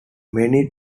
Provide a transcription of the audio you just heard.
many